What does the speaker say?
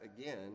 again